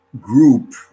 group